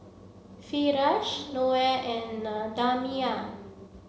Firash Noah and Damia